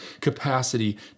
capacity